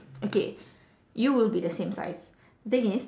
okay you will be the same size the thing is